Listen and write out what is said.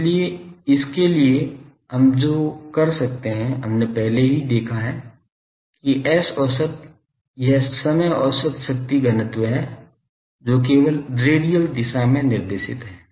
इसलिए इसके लिए हम जो कर सकते हैं हमने पहले ही देखा है कि S औसत यह समय औसत शक्ति घनत्व है जो केवल रेडियल दिशा में निर्देशित है